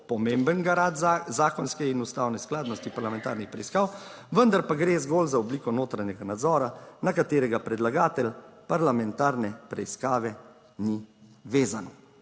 pomemben garant zakonske in ustavne skladnosti parlamentarnih preiskav, vendar pa gre zgolj za obliko notranjega nadzora, na katerega predlagatelj parlamentarne preiskave ni vezan.